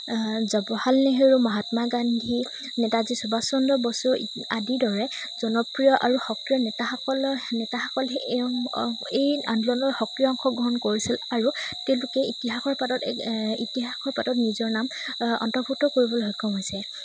জৱাহৰলাল নেহেৰু মহাত্মা গান্ধী নেতাজী সুভাষ চন্দ্ৰ বসু আদিৰ দৰে জনপ্ৰিয় আৰু সক্ৰিয় নেতাসকলৰ নেতাসকল এই এই আন্দোলনৰ সক্ৰিয় অংশগ্ৰহণ কৰিছিল আৰু তেওঁলোকে ইতিহাসৰ পাতত ইতিহাসৰ পাতত নিজৰ নাম অন্তৰ্ভুক্ত কৰিবলৈ সক্ষম হৈছে